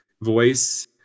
voice